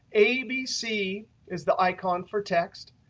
abc is the icon for text.